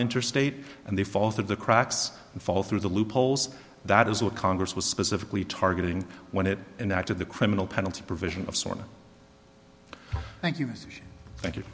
interstate and they fall through the cracks and fall through the loopholes that is what congress was specifically targeting when it an act of the criminal penalty provision of sworn thank you thank you